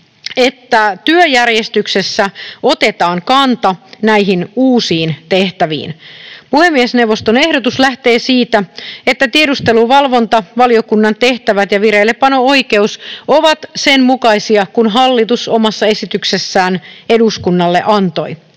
että työjärjestyksessä otetaan kanta näihin uusiin tehtäviin. Puhemiesneuvoston ehdotus lähtee siitä, että tiedusteluvalvonta, valiokunnan tehtävät ja vireillepano-oikeus ovat sen mukaisia kuin hallitus omassa esityksessään eduskunnalle antoi.